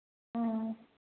ꯑꯥ